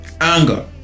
anger